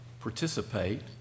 participate